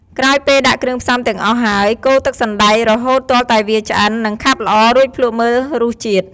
ក្រោយពេលដាក់គ្រឿងផ្សំទាំងអស់ហើយ កូរទឹកសណ្ដែករហូតទាល់តែវាឆ្អិន និងខាប់ល្អ រួចភ្លក់មើលរសជាតិ។